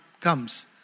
comes